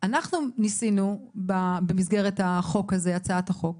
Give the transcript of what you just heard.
במסגרת הצעת החוק,